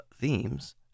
themes